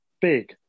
big